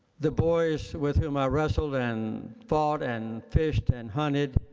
the boys with whom i wrestled and fought and fished and hunted